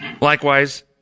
Likewise